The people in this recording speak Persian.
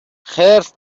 خرس